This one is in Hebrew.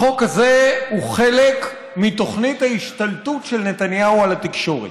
החוק הזה הוא חלק מתוכנית ההשתלטות של נתניהו על התקשורת.